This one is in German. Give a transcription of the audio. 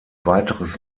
weiteres